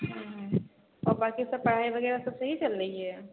हाँ और बाक़ी सब पढ़ाई वग़ैरह सब सही चल रही है